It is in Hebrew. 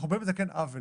אנחנו באים לתקן עוול